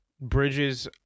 Bridges